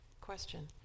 question